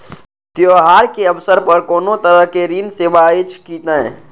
त्योहार के अवसर पर कोनो तरहक ऋण सेवा अछि कि नहिं?